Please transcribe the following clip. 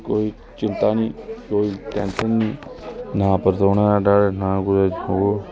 कोईं चिंता नीं कोई टैंशन नीं ना परतौने दा डर ते ना कुदै